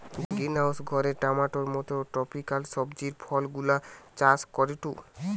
greenhouse ঘরে টমেটোর মত ট্রপিকাল সবজি ফলগুলা চাষ করিটু